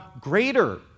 greater